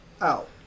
Out